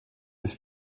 bis